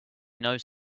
knows